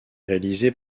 réalisé